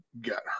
got